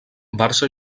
barça